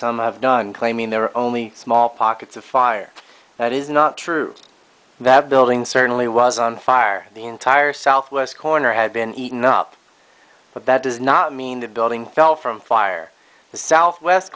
some have done claiming there are only small pockets of fire that is not true that building certainly was on fire the entire southwest corner had been eaten up but that does not mean the building fell from fire the southwest